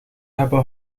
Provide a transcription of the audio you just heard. hebben